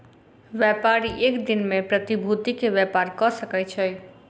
व्यापारी एक दिन में प्रतिभूति के व्यापार कय सकै छै